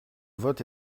vote